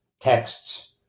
texts